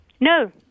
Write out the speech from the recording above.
No